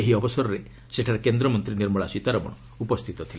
ଏହି ଅବସରରେ ସେଠାରେ କେନ୍ଦ୍ରମନ୍ତ୍ରୀ ନିର୍ମଳା ସୀତାରମଣ ଉପସ୍ଥିତ ଥିଲେ